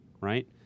right